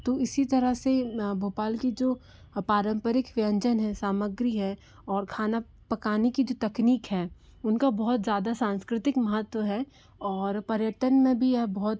तो इसी तरह से भोपाल की जो पारंपरिक व्यंजन हैं सामग्री है और खाना पकाने की जो तकनीक है उनका बहुत ज़्यादा सांस्कृतिक महत्व है और पर्यटन में भी यह बहुत